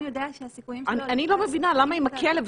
יודע שהסיכויים שלו --- אני לא מבינה למה אם הכלב,